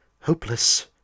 hopeless